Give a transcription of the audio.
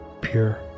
Pure